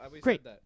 Great